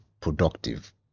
productive